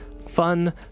fun